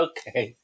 Okay